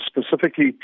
specifically